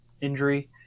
Injury